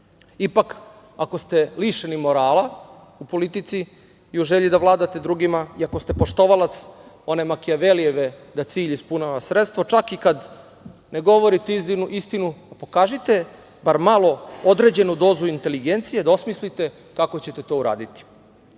ako ste lišeni morala u politici i u želji da vladate drugima i ako ste poštovalac one Makijavelijeve da cilj ispunjava sredstvo, čak i kad ne govorite istinu, pokažite bar malo određenu dozu inteligencije da osmislite kako ćete to uraditi. Ne